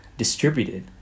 Distributed